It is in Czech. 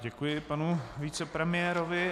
Děkuji panu vicepremiérovi.